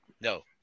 No